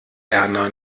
erna